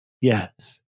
Yes